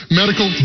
medical